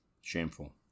Shameful